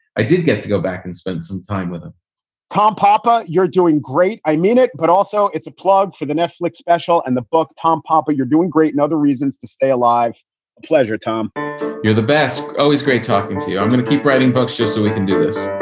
i did get to go back and spend some time with them karl popper, you're doing great. i mean it. but also it's a plug for the netflix special and the book tom popper. you're doing great. and other reasons to stay alive. a pleasure, tom you're the best. always great talking to you. i'm going to keep writing books just so we can do this